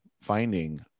finding